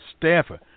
staffer